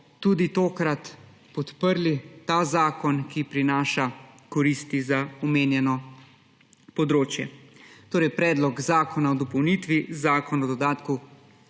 tudi tokrat podprli ta zakon, ki prinaša koristi za omenjeno področje. Torej Predlog zakona o dopolnitvi Zakona o dodatku